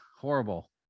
Horrible